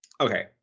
okay